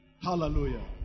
Hallelujah